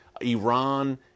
Iran